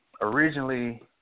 Originally